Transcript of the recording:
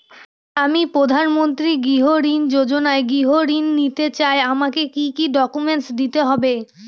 আমি প্রধানমন্ত্রী গৃহ ঋণ যোজনায় গৃহ ঋণ নিতে চাই আমাকে কি কি ডকুমেন্টস দিতে হবে?